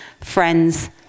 friends